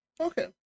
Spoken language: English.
Okay